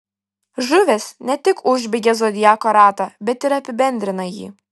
žuvys ne tik užbaigia zodiako ratą bet ir apibendrina jį